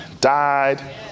died